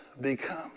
become